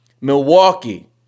Milwaukee